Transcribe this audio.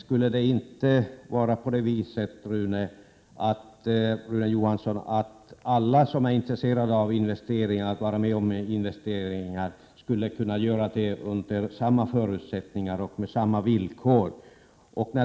Borde det inte vara så, Rune Johansson, att alla som är intresserade av att göra investeringar får vara med under samma förutsättningar och på lika villkor?